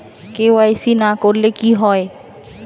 KYC না করলে কি হয়?